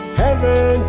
heaven